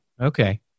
Okay